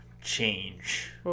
change